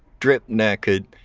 stripped naked,